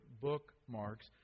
bookmarks